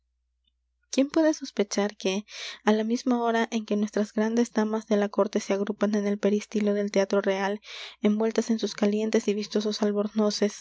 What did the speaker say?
quién puede sospechar que á la misma hora en que nuestras grandes damas de la corte se agrupan en el peristilo del teatro real envueltas en sus calientes y vistosos albornoces